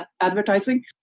advertising